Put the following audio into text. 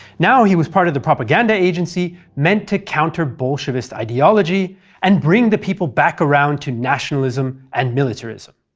now he was part of the propaganda agency meant to counter bolshevist ideology and bring the people back around to nationalism and militarism.